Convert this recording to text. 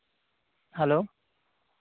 hello